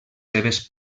seves